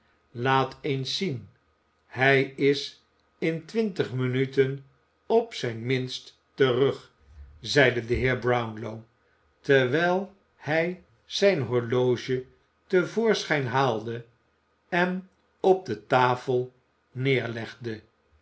laat eens zien hij is in twintig minuten op zijn minst terug zeide de heer brownlow terwijl hij zijn horloge te voorschijn haalde en op de tafel neerlegde